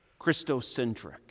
Christocentric